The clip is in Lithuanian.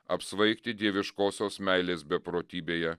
apsvaigti dieviškosios meilės beprotybėje